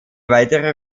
weitere